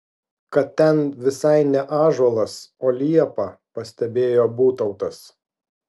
kad ten visai ne ąžuolas o liepa pastebėjo būtautas